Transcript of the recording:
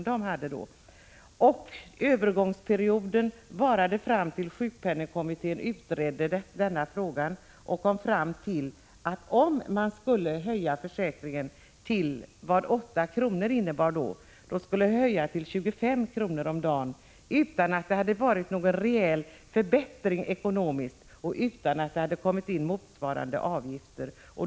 Denna övergångsperiod skulle vara fram till dess att sjukpenningkommittén hade utrett frågan. Den kom fram till att försäkringsbeloppet kunde höjas från 8 kr. till 25 kr. om dagen utan att den försäkrade hade fått en reellt förbättrad ekonomi och utan att motsvarande avgifter betalats in.